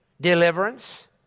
deliverance